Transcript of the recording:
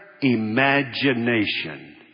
Imagination